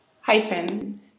hyphen